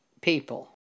people